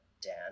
Dan